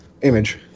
image